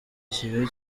kigali